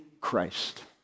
Christ